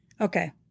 Okay